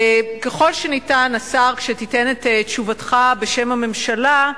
ככל שניתן, השר, כשתיתן את תשובתך בשם הממשלה,